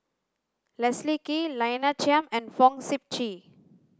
Leslie Kee Lina Chiam and Fong Sip Chee